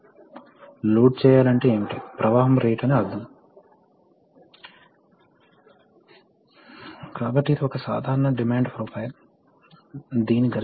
కాబట్టి A compressor B check valve C accumulator D direction control valve చివరకు E activate cylinder లేదా actuator